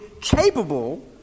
capable